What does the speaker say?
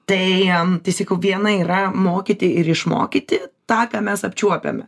tai em tai sekau viena yra mokyti ir išmokyti tą ką mes apčiuopiame